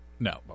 No